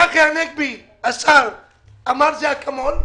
השר צחי הנגבי אמר שזה אקמול.